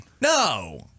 No